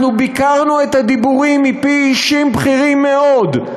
אנחנו ביקרנו את הדיבורים מפי אישים בכירים מאוד,